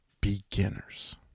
beginners